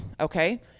okay